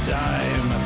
time